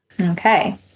Okay